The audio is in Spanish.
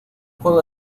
juego